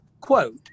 quote